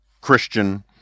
Christian